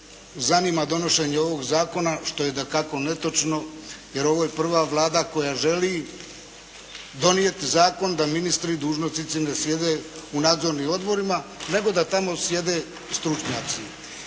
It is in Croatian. zanima donošenje ovog zakona što je dakako netočno jer ovo je prva Vlada koja želi donijeti zakon da ministri i dužnosnici ne sjede u nadzornim odborima nego da tamo sjede stručnjaci.